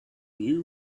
you